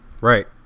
Right